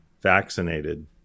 vaccinated